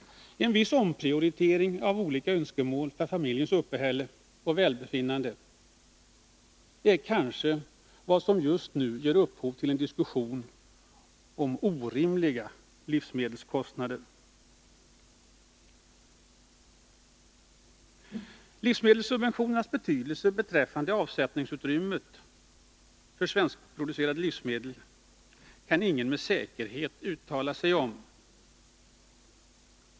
En viss omprioritering av olika önskemål för familjens uppehälle och välbefinnande är kanske vad som just nu ger upphov till en diskussion om orimliga livsmedelskostnader. Livsmedelssubventioneringens betydelse beträffande avsättningsutrymmet för svenskproducerade livsmedel kan ingen med säkerhet uttala sig om.